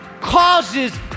causes